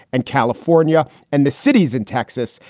and california and the cities in texas,